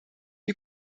die